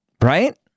Right